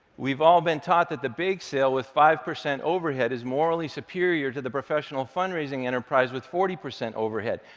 we've all been taught that the bake sale with five percent overhead is morally superior to the professional fundraising enterprise with forty percent overhead,